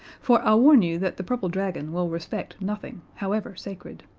for i warn you that the purple dragon will respect nothing, however sacred.